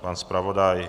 Pan zpravodaj?